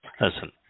Listen